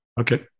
Okay